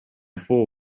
fool